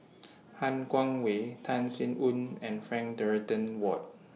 Han Guangwei Tan Sin Aun and Frank Dorrington Ward